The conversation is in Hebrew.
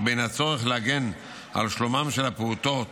בין הצורך להגן על שלומם של הפעוטות